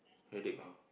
headache ah